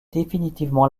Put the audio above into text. définitivement